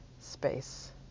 space